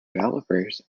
developers